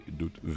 doet